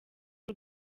uru